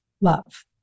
love